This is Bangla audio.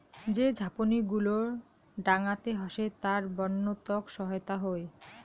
যে ঝাপনি গুলো ডাঙাতে হসে তার বন্য তক সহায়তা হই